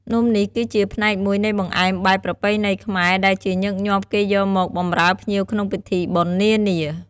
នំនេះគឺជាផ្នែកមួយនៃបង្អែមបែបប្រពៃណីខ្មែរដែលជាញឹកញាប់គេយកមកបម្រើភ្ញៀវក្នុងពិធីបុណ្យនាៗ។